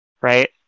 right